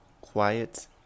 quiet